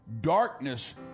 darkness